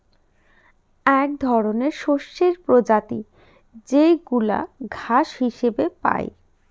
এক ধরনের শস্যের প্রজাতি যেইগুলা ঘাস হিসেবে পাই